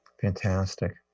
Fantastic